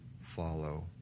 follow